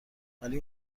ولی